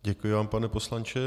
Děkuji vám, pane poslanče.